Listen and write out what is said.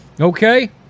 Okay